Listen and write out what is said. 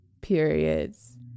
periods